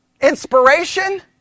Inspiration